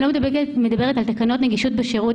אני לא מדברת על תקנות נגישות בשירות,